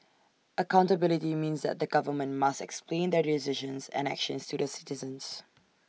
accountability means that the government must explain their decisions and actions to the citizens